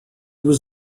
was